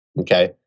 Okay